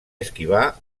esquivar